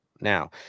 Now